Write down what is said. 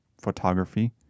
photography